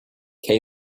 can